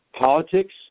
Politics